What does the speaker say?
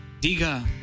Diga